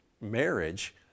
marriage